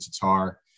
Tatar